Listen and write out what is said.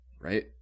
right